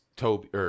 Toby